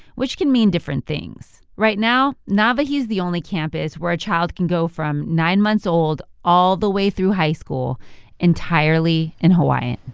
which can mean different things. right now nawahi is the only campus where a child can go from nine months old all the way through high school entirely in hawaiian